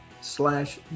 slash